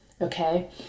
okay